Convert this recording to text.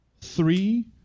three